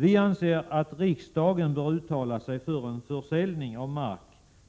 Vi anser att riksdagen bör uttala sig för en försäljning av mark